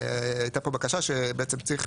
הייתה בקשה שצריך